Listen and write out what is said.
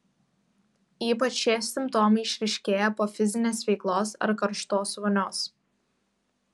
ypač šie simptomai išryškėja po fizinės veiklos ar karštos vonios